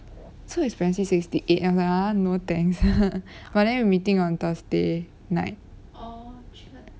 so expensive sixty eight I am like !huh! no thanks but then we meeting on thursday night